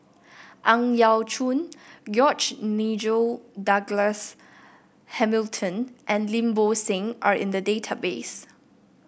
Ang Yau Choon George Nigel Douglas Hamilton and Lim Bo Seng are in the database